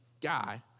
guy